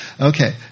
Okay